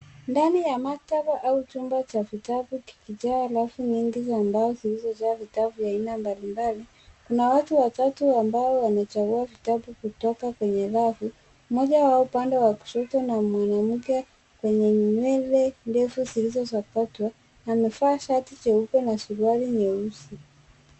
Ndani ya maktaba au chumba cha vitabu kikijaa rafu nyingi za mbao zilizojaa vitabu aina mbalimbali kuna watu watatu ambao wamechagua vitabu kutoka kwenye rafu mmoja wao upande wa kushoto na mwanamke mwenye nywele ndefu zilizosokotwa amevaa shati jeupe na suruali nyeusi.